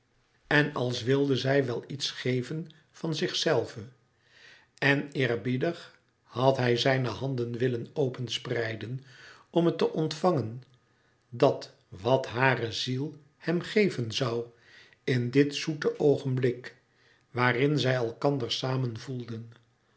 en als wilde zij wel iets geven van zichzelve en eerbiedig louis couperus metamorfoze had hij zijne handen willen openspreiden om het te ontvangen dat wat hare ziel hem geven zoû in dit zoete oogenblik waarin zij elkander samen voelden